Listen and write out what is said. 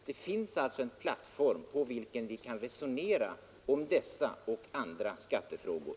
Det finns alltså en plattform på vilken vi kan resonera om och pröva dessa och andra skattefrågor.